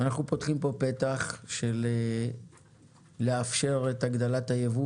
אנחנו פותחים פה פתח של לאפשר את הגדלת הייבוא